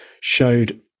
showed